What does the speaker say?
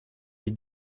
your